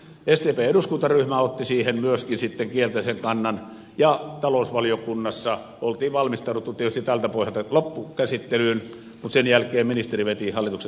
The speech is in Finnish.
sdpn eduskuntaryhmä otti siihen myöskin sitten kielteisen kannan ja talousvaliokunnassa oli valmistauduttu tietysti tältä pohjalta loppukäsittelyyn mutta sen jälkeen ministeri veti hallituksen esityksen takaisin